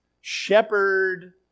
shepherd